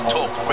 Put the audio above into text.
Talk